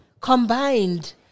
Combined